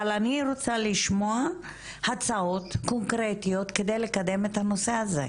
אבל אני רוצה לשמוע הצעות קונקרטיות כדי לקדם את הנושא הזה.